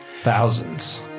Thousands